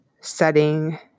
setting